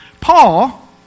Paul